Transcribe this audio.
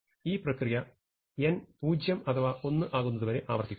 ഈ പ്രക്രിയ n 0 അഥവാ 1 ആകുന്നതു വരെ ആവർത്തിക്കുന്നു